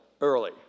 early